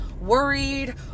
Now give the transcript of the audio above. worried